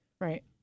Right